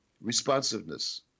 responsiveness